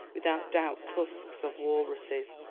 without doubt tusks of walruses,